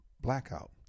blackout